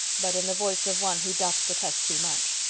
but in the voice of one who doth protest too much.